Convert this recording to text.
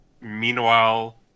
Meanwhile